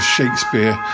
Shakespeare